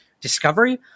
discovery